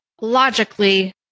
logically